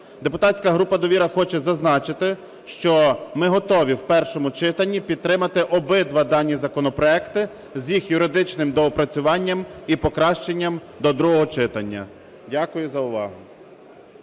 Депутатська група "Довіра" хоче зазначити, що ми готові в першому читанні підтримати обидва дані законопроекти з їх юридичним доопрацюванням і покращенням до другого читання. Дякую за увагу.